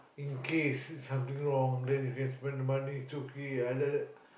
in case something wrong then you guys want to the money to key I like that